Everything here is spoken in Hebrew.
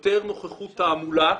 יותר נוכחות תעמולה,